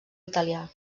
italià